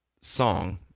song